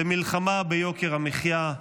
למלחמה ביוקר המחיה,